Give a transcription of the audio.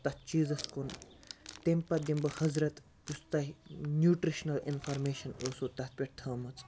تتھ چیٖزَس کُن تَمہِ پَتہٕ دِمہٕ بہٕ حَضرَت یُس تۄہہِ نیوٹِرشنَل اِنفارمیشَن ٲسو تتھ پیٚٹھ تھٲمٕژ